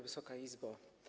Wysoka Izbo!